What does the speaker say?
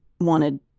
wanted